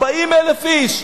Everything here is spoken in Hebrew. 40,000 איש,